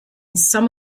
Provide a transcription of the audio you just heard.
some